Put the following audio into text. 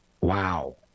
Wow